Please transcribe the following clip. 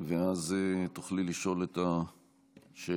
ואז תוכלי לשאול את השאלה.